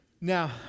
Now